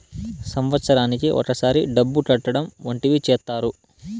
సంవత్సరానికి ఒకసారి డబ్బు కట్టడం వంటివి చేత్తారు